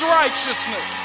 righteousness